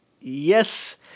yes